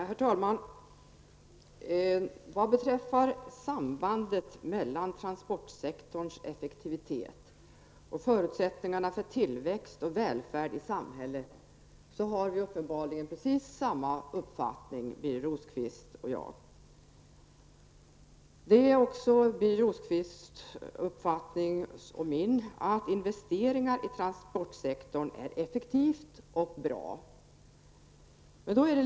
Herr talman! Birger Rosqvist och jag har uppenbarligen samma uppfattning när det gäller sambandet mellan transportsektorns effektivitet och förutsättningarna för tillväxt och välfärd i samhället. Det är också Birger Rosqvists och min uppfattning att investeringar i transportsektorn är effektiva och bra.